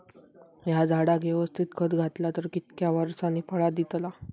हया झाडाक यवस्तित खत घातला तर कितक्या वरसांनी फळा दीताला?